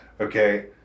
Okay